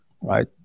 right